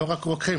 לא רק רוקחים,